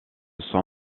son